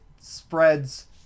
spreads